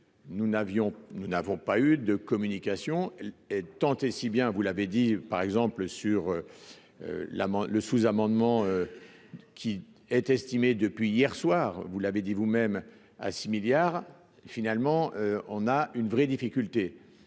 nous n'avons pas eu de communication et tant et si bien, vous l'avez dit, par exemple sur la le sous-amendement qui est estimé depuis hier soir, vous l'avez dit vous-même, à 6 milliards finalement, on a une vraie difficulté,